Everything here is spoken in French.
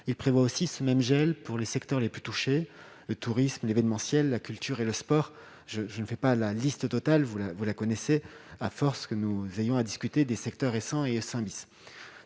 il prévoit aussi ces même gel pour les secteurs les plus touchés, le tourisme événementiel, la culture et le sport, je je ne fais pas la liste totale vous la, vous la connaissez à force que nous veillons à discuter des secteurs et sans et Saint-Lys,